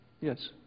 Yes